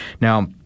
now